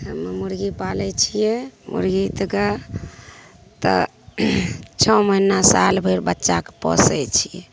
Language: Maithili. हम मुरगी पालै छिए मुरगीके तऽ छओ महिना सालभरि बच्चाके पोसै छिए